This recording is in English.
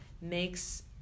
makes